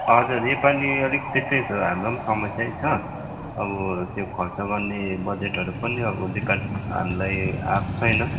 हजुर योपालि अलिक त्यस्तै छ हामीलाई पनि समस्यै छ अब त्यो खर्च गर्ने बजेटहरू पनि अब डिपार्ट हामीलाई आएको छैन